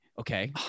Okay